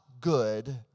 good